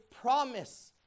promise